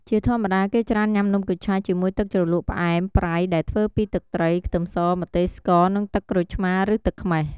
ជាធម្មតាគេច្រើនញ៉ាំនំគូឆាយជាមួយទឹកជ្រលក់ផ្អែមប្រៃដែលធ្វើពីទឹកត្រី ខ្ទឹមស ម្ទេស ស្ករ និងទឹកក្រូចឆ្មារ ឬទឹកខ្មេះ។